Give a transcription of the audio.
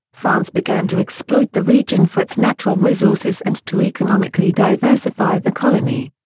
france began to exploit the region for its natural resources and to economically diversify the colony.